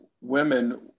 women